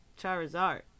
charizard